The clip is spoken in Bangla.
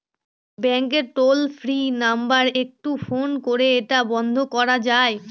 ব্যাংকের টোল ফ্রি নাম্বার একটু ফোন করে এটা বন্ধ করা যায়?